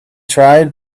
tried